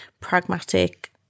pragmatic